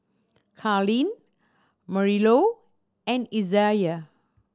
Karlene Marilou and Isaiah